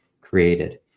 created